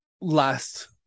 last